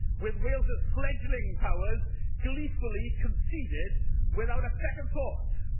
with wales's fledgling powers gleefully conceded without a second thought.